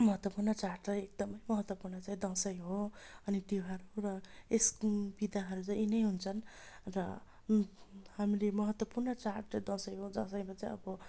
महत्त्वपूर्ण चाहिँ एकदम महत्त्वपूर्ण चाहिँ दसैँ हो अनि तिहारको र यस बिदाहरू चाहिँ यी नै हुन्छन् र हामीले महत्त्वपूर्ण चाड चाहिँ दसैँ हो दसैँमा चाहिँ अब